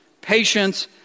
patience